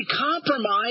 compromise